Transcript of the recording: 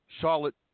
Charlotte